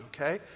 okay